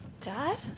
Dad